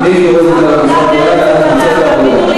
מיקי רוזנטל ומיכל